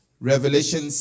Revelation